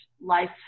life